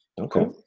Okay